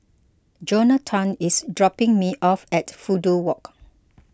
Jonatan is dropping me off at Fudu Walk